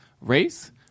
race